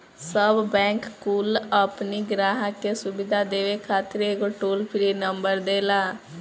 सब बैंक कुल अपनी ग्राहक के सुविधा देवे खातिर एगो टोल फ्री नंबर देला